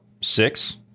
Six